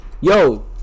Yo